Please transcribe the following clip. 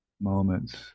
moments